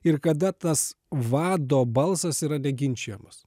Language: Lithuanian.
ir kada tas vado balsas yra neginčijamas